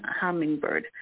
Hummingbird